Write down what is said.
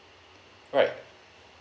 right